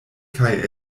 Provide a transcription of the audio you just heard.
kaj